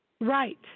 right